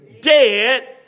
Dead